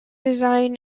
design